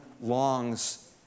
longs